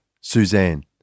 Suzanne